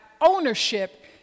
ownership